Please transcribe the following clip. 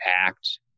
act